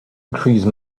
increase